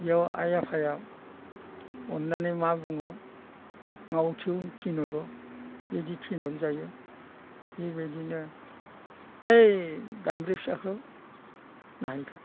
बेयाव आइ आफाया अन्नानै मा बुङो ना उन्थिं थिनहरो बिदि थिनहर जायो बेबायदिनो ओइ दामब्रि फिसाखौ नायहैथां